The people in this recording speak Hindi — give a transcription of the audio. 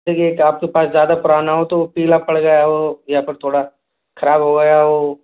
देखिए तो आप के पास ज़्यादा पुराना हो तो वो पीला पड़ गया हो या फिर थोड़ा ख़राब हो गया हो